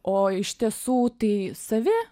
o iš tiesų tai savi